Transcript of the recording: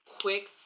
quick